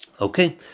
Okay